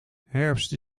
herfst